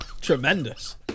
Tremendous